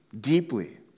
deeply